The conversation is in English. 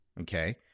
Okay